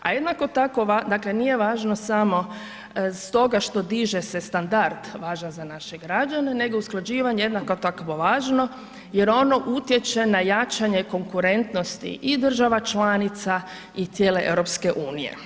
A jednako tako, dakle nije važno samo stoga što diže se standard važan za naše građane, nego usklađivanje je jednako tako važno jer ono utječe na jačanje konkurentnosti i država članica i cijele EU.